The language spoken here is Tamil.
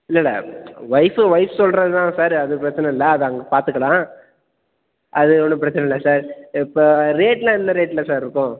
இல்லல்ல ஒய்ஃபு ஒய்ஃப் சொல்கிறது தான் சார் அது பிரச்சனை இல்லை அது அங்கே பார்த்துக்கலாம் அது ஒன்றும் பிரச்சனை இல்லை சார் இப்போ ரேட்லாம் என்ன ரேட்ல சார் இருக்கும்